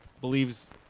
believes